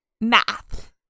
Math